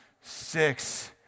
Six